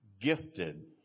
gifted